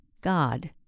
God